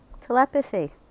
telepathy